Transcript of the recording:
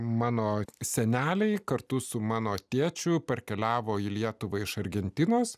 mano seneliai kartu su mano tėčiu parkeliavo į lietuvą iš argentinos